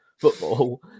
football